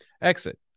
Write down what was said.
Exit